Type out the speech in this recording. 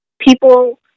people